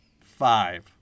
Five